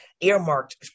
earmarked